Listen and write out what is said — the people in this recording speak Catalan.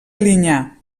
alinyà